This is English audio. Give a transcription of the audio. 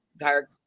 entire –